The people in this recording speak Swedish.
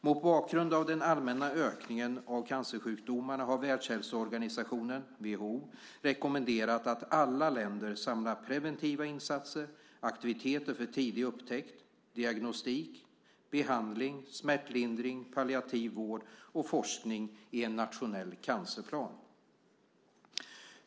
Mot bakgrund av den allmänna ökningen av cancersjukdomarna har Världshälsoorganisationen, WHO, rekommenderat att alla länder samlar preventiva insatser, aktiviteter för tidig upptäckt, diagnostik, behandling, smärtlindring, palliativ vård och forskning i en nationell cancerplan.